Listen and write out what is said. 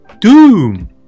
DOOM